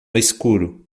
escuro